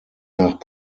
nach